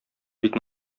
бик